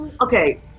okay